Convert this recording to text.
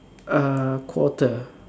uh quarter